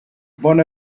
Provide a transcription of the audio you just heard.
bon